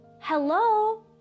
hello